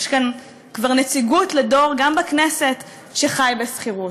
יש כאן כבר נציגות לדור, גם בכנסת, שחי בשכירות.